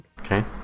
Okay